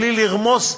בלי לרמוז,